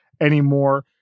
anymore